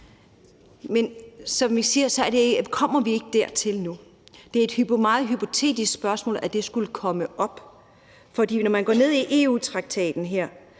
Men som jeg siger, kommer vi ikke dertil nu. Det er et meget hypotetisk spørgsmål, at det skulle komme op. For når man går ned i EU-traktaten her,